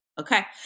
Okay